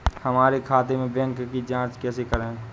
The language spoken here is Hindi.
हमारे खाते के बैंक की जाँच कैसे करें?